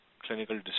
clinical